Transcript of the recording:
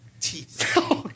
teeth